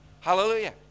Hallelujah